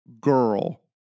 girl